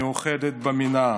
מיוחדת במינה":